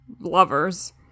lovers